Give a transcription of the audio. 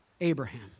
Abraham